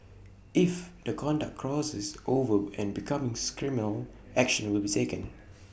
if the conduct crosses over and becomes criminal action will be taken